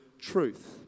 truth